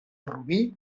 rubí